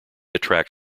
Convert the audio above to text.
attract